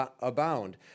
abound